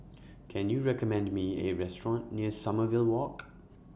Can YOU recommend Me A Restaurant near Sommerville Walk